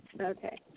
okay